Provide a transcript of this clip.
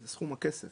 סכום הכסף